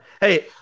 Hey